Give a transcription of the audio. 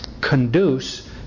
conduce